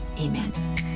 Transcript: amen